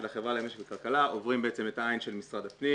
משק וכלכלה עוברים בעצם את העין של משרד הפנים,